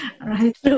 right